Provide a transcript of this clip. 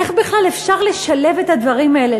איך בכלל אפשר לשלב את הדברים האלה?